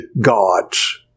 gods